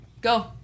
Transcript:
go